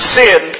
sin